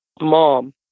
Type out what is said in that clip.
Mom